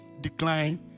decline